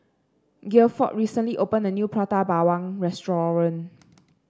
Gifford recently opened a new Prata Bawang restaurant